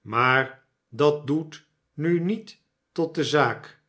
maar dat doet nu niet tot de zaak